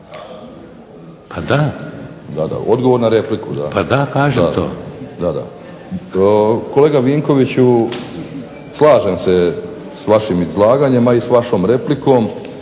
Da, da odgovor na repliku. Kolega Vinkoviću slažem se s vašim izlaganjem, a i s vašom replikom.